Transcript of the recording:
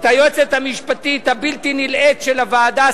את היועצת המשפטית הבלתי-נלאית של הוועדה,